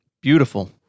beautiful